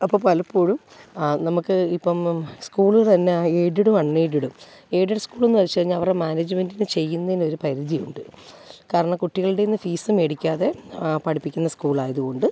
അപ്പോള് പലപ്പോഴും നമുക്ക് ഇപ്പോള് സ്കൂളുകള് തന്നെ എയ്ഡഡും അൺ എയ്ഡഡും എയ്ഡഡ് സ്കൂളെന്നുവച്ചുകഴിഞ്ഞാല് അവരെ മാനേജ്മെൻറ്റിന് ചെയ്യുന്നതിനൊരു പരിധിയുണ്ട് കാരണം കുട്ടികളുടെ കയ്യില്നിന്ന് ഫീസ് മേടിക്കാതെ പഠിപ്പിക്കുന്ന സ്കൂളായതു കൊണ്ട്